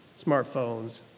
smartphones